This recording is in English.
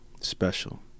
special